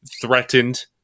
threatened